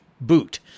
boot